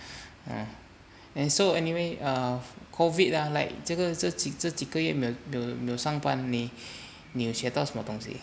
uh and so anyway err COVID ah like 这几个月没有上班你你学到什么东西